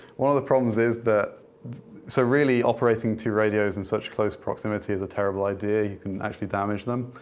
one of the problems is that so really, operating two radios in such close proximity is a terrible idea. you can actually damage them.